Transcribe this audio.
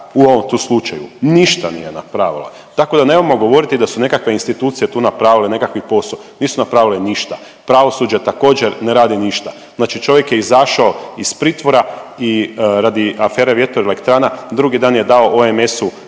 u ovom tu slučaju? Ništa nije napravila, tako da nemojmo govoriti da su nekakve institucije tu napravile nekakvi posao. Nisu napravile ništa! Pravosuđe također ne radi ništa. Znači čovjek je izašao iz pritvora i radi afere vjetroelektrana drugi dan je dao OMS-u